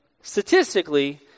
statistically